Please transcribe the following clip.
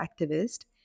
activist